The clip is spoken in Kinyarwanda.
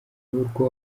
urwo